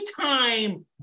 time